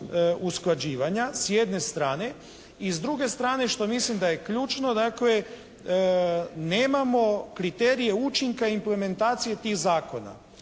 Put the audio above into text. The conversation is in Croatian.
usklađivanja s jedne strane. I s druge strane što mislim da je ključno, nemamo kriterije učinka implementacije tih zakona.